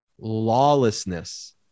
Lawlessness